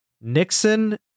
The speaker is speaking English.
Nixon